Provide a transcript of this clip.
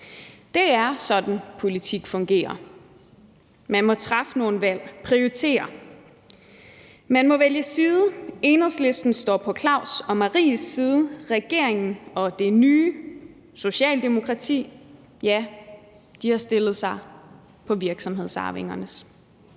Det er sådan, politik fungerer. Man må træffe nogle valg, prioritere. Man må vælge side. Enhedslisten står på Claus og Maries side; regeringen og det nye Socialdemokrati, ja, de har stillet sig på virksomhedsarvingernes